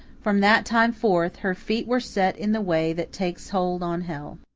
from that time forth, her feet were set in the way that takes hold on hell.